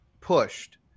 pushed